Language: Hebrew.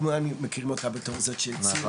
כמובן כולם מכירים אותה בתור זאת שהצילה